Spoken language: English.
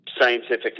scientific